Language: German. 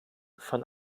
von